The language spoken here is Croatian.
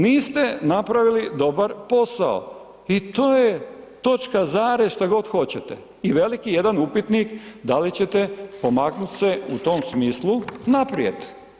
Niste napravili dobar posao i to je točka, zarez, šta god hoćete i veliki jedan upitnik da li ćete pomaknut se u tom smislu naprijed.